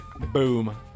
Boom